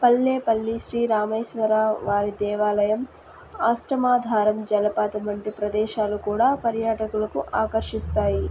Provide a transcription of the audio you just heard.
పల్లెపల్లి శ్రీరామేశ్వర వారి దేవాలయం అష్టమాధారం జలపాతం వంటి ప్రదేశాలు కూడా పర్యాటకులను ఆకర్షిస్తాయి